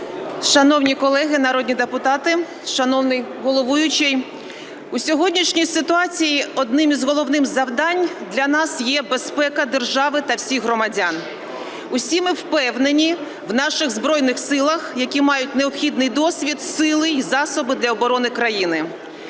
Шановні колеги народні депутати, шановний головуючий! У сьогоднішній ситуації одним із головних завдань для нас є безпека держави та всіх громадян. Всі ми впевнені в наших Збройних Силах, які мають необхідний досвід, сили і засоби для оборони країни.